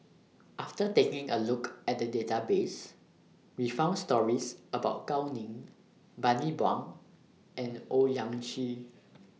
after taking A Look At The Database We found stories about Gao Ning Bani Buang and Owyang Chi